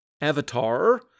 Avatar